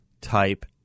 type